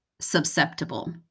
susceptible